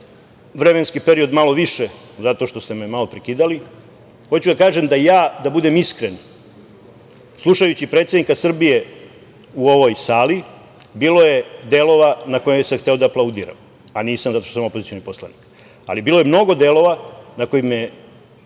vremenski period malo više zato što ste me malo prekidali, hoću da kažem da ja, da budem iskren, slušajući predsednika Srbije u ovoj sali, bilo je delova na kojima sam hteo da aplaudiram, a nisam zato što sam opozicioni poslanik, ali bilo je mnogo delova na kojim me